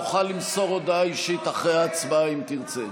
תוכל למסור הודעה אישית אחרי ההצבעה, אם תרצה.